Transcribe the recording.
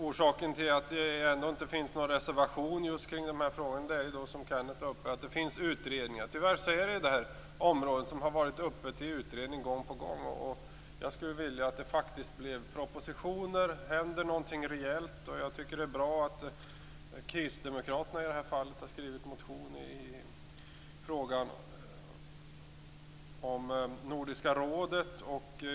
Orsaken till att det inte finns någon reservation om det här är, som Kenneth sade, att det finns utredningar som arbetar med de här frågorna. Tyvärr har de här frågorna varit föremål för utredning gång på gång. Jag skulle vilja att det faktiskt kom propositioner, att det hände något rejält. Det är bra att Kristdemokraterna i det här sammanhanget har väckt en motion om Nordiska rådet.